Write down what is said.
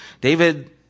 David